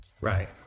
Right